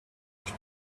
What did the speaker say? much